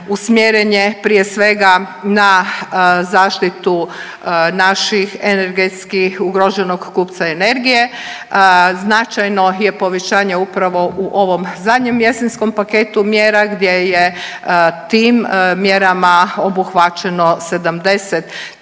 prije svega na zaštitu naših energetskih ugroženog kupca energije. Značajno je povećanje upravo u ovom zadnjem jesenskom paketu mjera gdje je tim mjerama obuhvaćeno 70.000